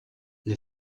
les